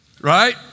right